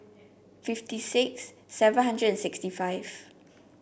fifty six seven hundred and sixty five